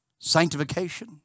Sanctification